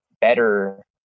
better